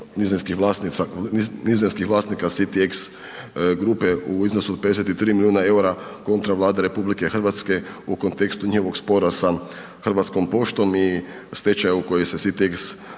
nizozemskih vlasnica City Ex grupe u iznosu od 53 milijuna eura kontra Vlade RH u kontekstu njihovog spora sa Hrvatskom poštom i stečaja u kojoj se City